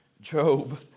Job